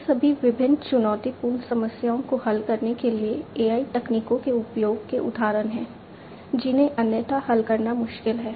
ये सभी विभिन्न चुनौतीपूर्ण समस्याओं को हल करने के लिए AI तकनीकों के उपयोग के उदाहरण हैं जिन्हें अन्यथा हल करना मुश्किल है